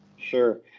Sure